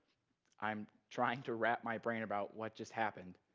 i'm trying to wrap my brain about what just happened,